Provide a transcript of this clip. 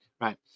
right